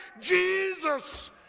Jesus